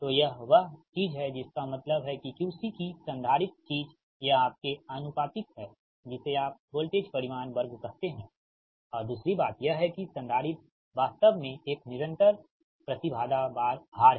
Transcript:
तो यह वह चीज है जिसका मतलब है कि QC कि संधारित्र चीज यह आपके आनुपातिक है जिसे आप वोल्टेज परिमाण वर्ग कहते हैं और दूसरी बात यह है कि संधारित्र वास्तव में एक निरंतर प्रति बाधा भार है